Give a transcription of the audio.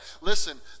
Listen